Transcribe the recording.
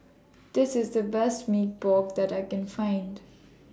This IS The Best Mee Pok that I Can Find